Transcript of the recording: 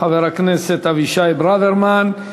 חבר הכנסת אבישי ברוורמן.